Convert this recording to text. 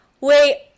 wait